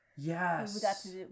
Yes